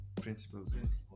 principles